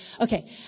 okay